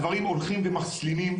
הדברים הולכים ומסלימים.